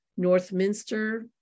Northminster